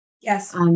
Yes